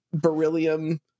beryllium